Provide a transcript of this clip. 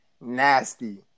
Nasty